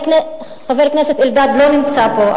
חבר הכנסת אלדד לא נמצא פה,